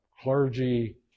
clergy